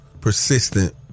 persistent